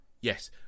yes